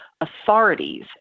authorities